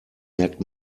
merkt